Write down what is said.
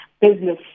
business